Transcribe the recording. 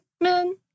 men